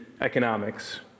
economics